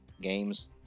games